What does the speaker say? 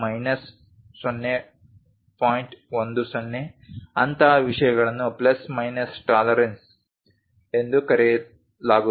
10 ಅಂತಹ ವಿಷಯಗಳನ್ನು plus minus tolerance ಎಂದು ಕರೆಯಲಾಗುತ್ತದೆ